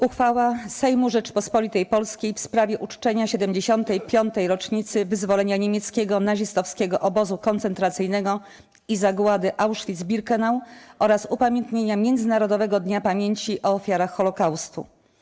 Uchwała Sejmu Rzeczypospolitej Polskiej w sprawie uczczenia 75. rocznicy wyzwolenia niemieckiego nazistowskiego obozu koncentracyjnego i zagłady Auschwitz-Birkenau oraz upamiętnienia Międzynarodowego Dnia Pamięci o Ofiarach Holocaustu.